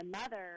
mother